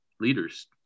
leaders